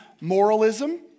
moralism